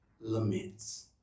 Laments